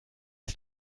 ist